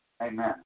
Amen